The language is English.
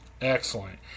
excellent